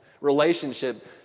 relationship